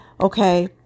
Okay